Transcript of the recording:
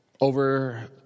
over